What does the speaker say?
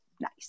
nice